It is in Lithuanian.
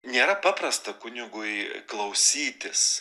nėra paprasta kunigui klausytis